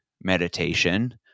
meditation